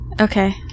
Okay